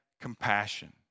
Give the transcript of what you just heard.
compassion